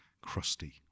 crusty